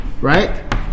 right